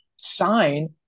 sign